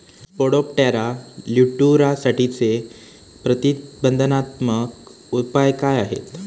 Spodoptera लिट्युरासाठीचे प्रतिबंधात्मक उपाय काय आहेत?